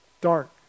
dark